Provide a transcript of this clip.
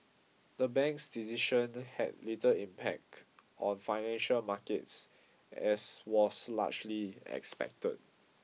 the bank's decision had little impact on financial markets as was largely expected